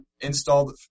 installed